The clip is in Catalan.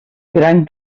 gran